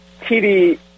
tv